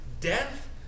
death